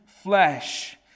flesh